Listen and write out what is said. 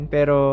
Pero